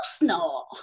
No